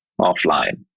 offline